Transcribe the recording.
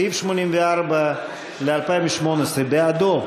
סעיף 84 ל-2018: בעדו,